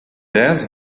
dez